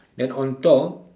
then on top